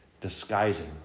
Disguising